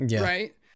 Right